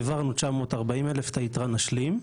העברנו 940 אלף את היתרה נשלים,